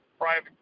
private